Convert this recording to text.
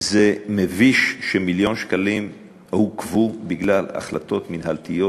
זה מביש שמיליון שקלים עוכבו בגלל החלטות מינהלתיות